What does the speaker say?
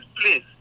please